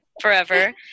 forever